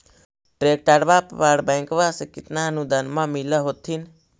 ट्रैक्टरबा पर बैंकबा से कितना अनुदन्मा मिल होत्थिन?